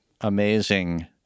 amazing